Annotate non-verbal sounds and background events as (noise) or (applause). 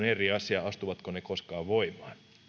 (unintelligible) eri asia astuvatko ne koskaan voimaan